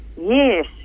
Yes